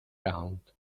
round